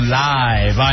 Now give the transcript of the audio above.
live